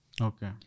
Okay